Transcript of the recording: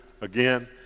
again